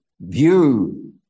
view